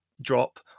drop